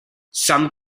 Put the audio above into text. some